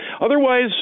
otherwise